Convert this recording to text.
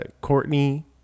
Courtney